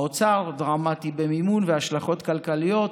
האוצר דרמטי במימון ובהשלכות כלכליות,